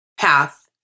path